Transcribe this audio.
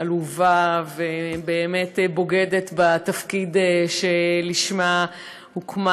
עלובה, בוגדת בתפקיד שלשמה הוקמה.